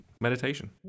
meditation